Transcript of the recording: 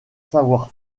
savoir